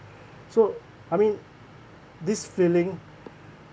so I mean this feeling